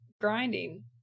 grinding